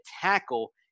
tackle